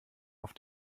auf